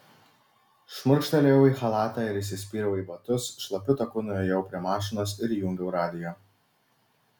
šmurkštelėjau į chalatą ir įsispyriau į batus šlapiu taku nuėjau prie mašinos ir įjungiau radiją